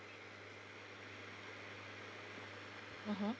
mmhmm